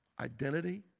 Identity